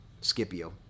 Scipio